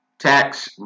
tax